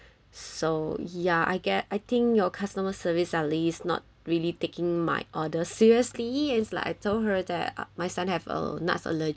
so ya I get I think your customer service alicet not really taking my order seriously is like I told her that uh my son have uh nut